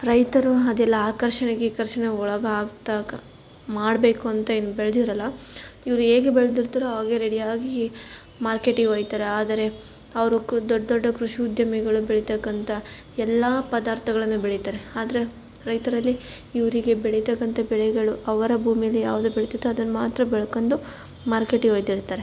ರೈತರು ಅದೆಲ್ಲ ಆಕರ್ಷಣೆ ಗೀಕರ್ಷಣೆಗೆ ಒಳಗಾಗ್ತಾಗ ಮಾಡಬೇಕು ಅಂತ ಏನೂ ಬೆಳೆದಿರಲ್ಲ ಇವರು ಹೇಗೆ ಬೆಳೆದಿರ್ತಾರೋ ಹಾಗೆ ರೆಡಿಯಾಗಿ ಮಾರ್ಕೆಟಿಗೆ ಒಯ್ತಾರೆ ಆದರೆ ಅವರು ದೊಡ್ಡ ದೊಡ್ಡ ಕೃಷಿ ಉದ್ಯಮಿಗಳು ಬೆಳೀತಕ್ಕಂಥ ಎಲ್ಲ ಪದಾರ್ಥಗಳನ್ನು ಬೆಳೀತಾರೆ ಆದರೆ ರೈತರಲ್ಲಿ ಇವರಿಗೆ ಬೆಳೀತಕ್ಕಂಥ ಬೆಳೆಗಳು ಅವರ ಭೂಮಿಲಿ ಯಾವುದು ಬೆಳೀತೈತೋ ಅದನ್ನು ಮಾತ್ರ ಬೆಳ್ಕಂಡು ಮಾರ್ಕೆಟಿಗೆ ಒಯ್ತಿರ್ತಾರೆ